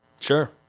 Sure